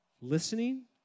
listening